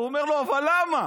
הוא אומר לו: אבל למה?